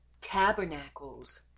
Tabernacles